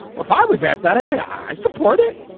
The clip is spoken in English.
if i was asked that i'd say i support it.